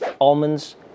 Almonds